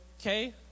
okay